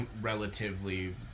relatively